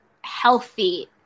healthy